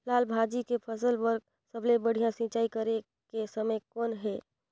लाल भाजी के फसल बर सबले बढ़िया सिंचाई करे के समय कौन हे?